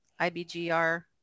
IBGR